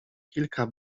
kilka